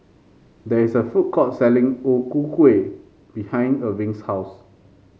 there is a food court selling O Ku Kueh behind Erving's house